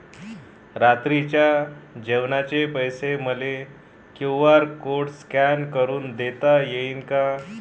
रात्रीच्या जेवणाचे पैसे मले क्यू.आर कोड स्कॅन करून देता येईन का?